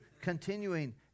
continuing